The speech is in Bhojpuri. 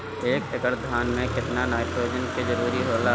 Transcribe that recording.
एक एकड़ धान मे केतना नाइट्रोजन के जरूरी होला?